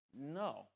no